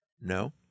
No